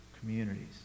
Communities